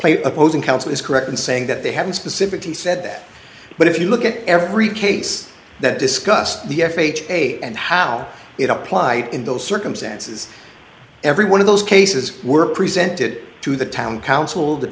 plate opposing counsel is correct in saying that they haven't specifically said that but if you look at every case that discussed the f h a and how it applied in those circumstances every one of those cases were presented to the town council the